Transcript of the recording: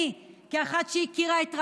אני, כאחת שהכירה את רבין.